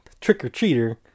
trick-or-treater